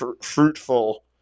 fruitful